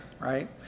right